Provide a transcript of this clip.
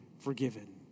forgiven